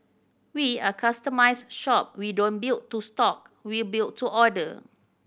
we are a customised shop we don't build to stock we build to order